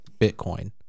bitcoin